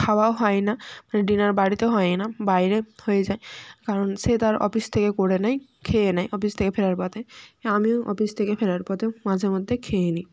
খাওয়া হয় না মানে ডিনার বাড়িতে হয় না বাইরে হয়ে যায় কারণ সে তার অফিস থেকে করে নেয় খেয়ে নেয় অফিস থেকে ফেরার পথে আমিও অফিস থেকে ফেরার পথেও মাঝেমধ্যে খেয়ে নিই